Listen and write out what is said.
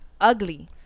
ugly